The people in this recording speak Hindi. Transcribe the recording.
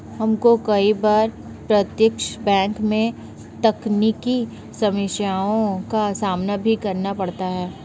हमको कई बार प्रत्यक्ष बैंक में तकनीकी समस्याओं का सामना भी करना पड़ता है